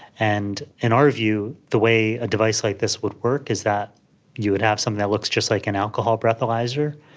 and in our view the way a device like this would work is that you would have something that looks just like an alcohol breathalyser,